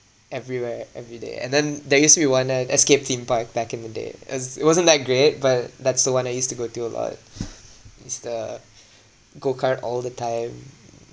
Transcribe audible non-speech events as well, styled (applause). everywhere every day and then there used to be one at escape theme park back in the day it's it wasn't that great but that's the one I used to go to a lot (breath) it's the go kart all the time